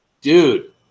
dude